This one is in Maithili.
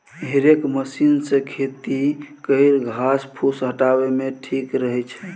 हेरेक मशीन सँ खेत केर घास फुस हटाबे मे ठीक रहै छै